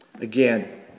Again